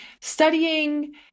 studying